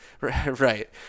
right